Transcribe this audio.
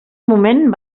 moment